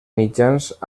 mitjans